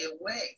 away